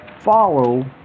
follow